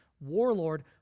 warlord